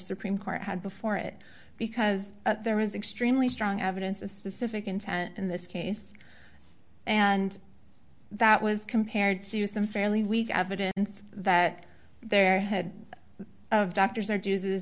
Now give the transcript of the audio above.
supreme court had before it because there was extremely strong evidence of specific intent in this case and that was compared to some fairly weak evidence that their head of doctors or duces